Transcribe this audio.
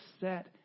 set